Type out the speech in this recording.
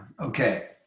Okay